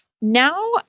Now